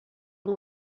and